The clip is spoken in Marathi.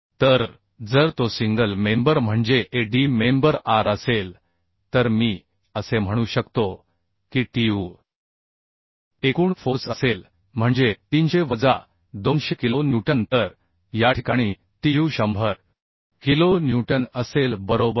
तर जर तो सिंगल मेंबर म्हणजे AD मेंबर r असेल तर मी असे म्हणू शकतो की tu एकूण फोर्स असेल म्हणजे 300 वजा 200 किलो न्यूटन तर याठिकाणी tu100 किलो न्यूटन असेल बरोबर